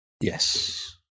yes